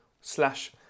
slash